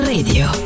Radio